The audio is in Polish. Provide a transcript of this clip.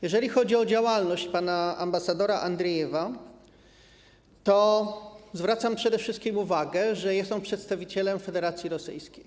Jeżeli chodzi o działalność pana ambasadora Andriejewa, to zwracam przede wszystkim uwagę na to, że jest on przedstawicielem Federacji Rosyjskiej.